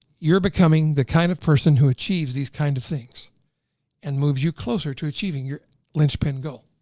you're becoming the kind of person who achieves these kinds of things and moves you closer to achieving your linchpin goal.